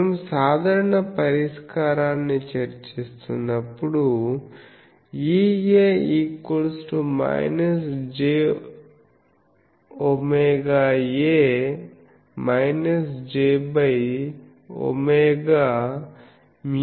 మేము సాధారణ పరిష్కారాన్ని చర్చిస్తున్నప్పుడుEA jwA jwμ∊∇∇